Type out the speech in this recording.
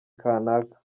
kanaka